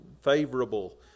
favorable